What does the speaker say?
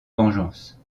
vengeance